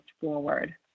forward